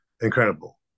incredible